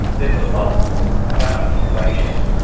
there's a lot of talk about innovation,